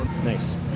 Nice